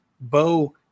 Bo